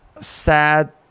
sad